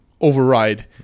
override